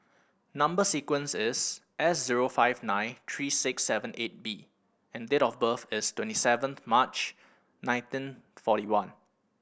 number sequence is S zero five nine three six seven eight B and date of birth is twenty seven March nineteen forty one